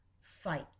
fight